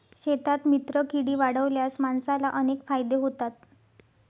शेतात मित्रकीडी वाढवल्यास माणसाला अनेक फायदे होतात